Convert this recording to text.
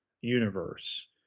universe